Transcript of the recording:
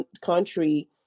country